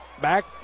back